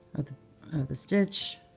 of the stitch.